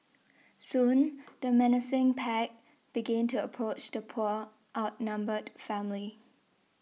soon the menacing pack began to approach the poor outnumbered family